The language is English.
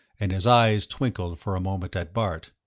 and his eyes twinkled for a moment at bart.